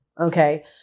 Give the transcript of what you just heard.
Okay